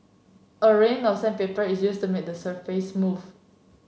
a range of sandpaper is used to make the surface smooth